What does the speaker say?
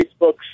Facebook